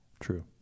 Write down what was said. True